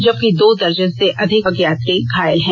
जबकि दो दर्जन के लगभग यात्री घायल हैं